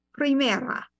Primera